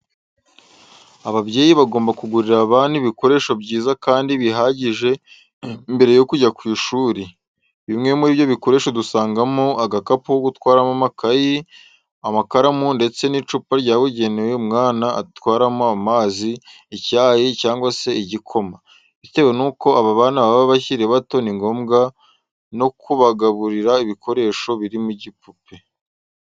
Ababyeyi bagomba kugurira abana ibikoresho byiza kandi bihagije mbere yo kujya ku ishuri. Bimwe muri ibyo bikoresho dusangamo agakapu ko gutwaramo amakayi, amakaramu ndetse n'icupa ryabugenewe umwana atwaramo amazi, icyayi cyangwa se igikoma. Bitewe nuko aba bana baba bakiri bato ni ngombwa no kubagurira ibikoresho biriho ibipupe.